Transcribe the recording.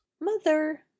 mother